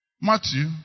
Matthew